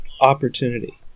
opportunity